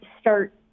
start